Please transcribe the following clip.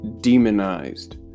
demonized